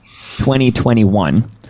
2021